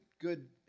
Good